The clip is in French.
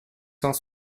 cent